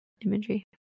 imagery